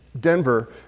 Denver